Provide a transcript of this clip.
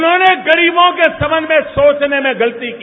उन्होंने गरीबों के संबंध में सोचने में गलती की